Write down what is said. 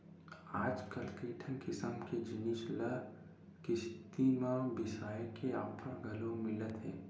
आजकल कइठन किसम के जिनिस ल किस्ती म बिसाए के ऑफर घलो मिलत हे